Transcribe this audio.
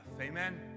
Amen